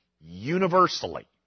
universally